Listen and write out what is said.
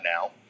now